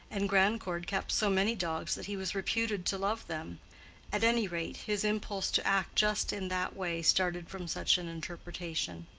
and grandcourt kept so many dogs that he was reputed to love them at any rate, his impulse to act just in that way started from such an interpretation.